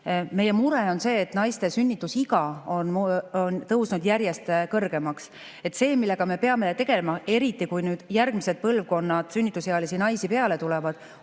Meie mure on see, et naiste sünnitusiga on tõusnud järjest kõrgemaks. See, millega me peame tegelema, eriti kui nüüd järgmised põlvkonnad sünnitusealisi naisi peale tulevad,